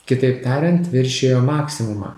kitaip tariant viršijo maksimumą